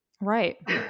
Right